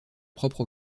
propre